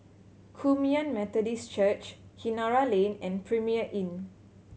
Kum Yan Methodist Church Kinara Lane and Premier Inn